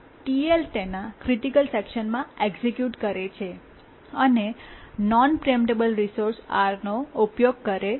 તેથી TL તેના critical સેકશનમાં એક્સિક્યૂટ કરે છે અને નોન પ્રીએમ્પટેબલ રિસોર્સ R નો ઉપયોગ કરે છે